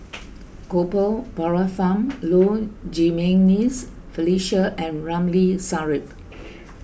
Gopal Baratham Low Jimenez Felicia and Ramli Sarip